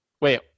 Wait